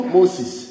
Moses